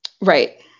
Right